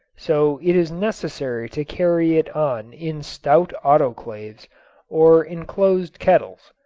so it is necessary to carry it on in stout autoclaves or enclosed kettles.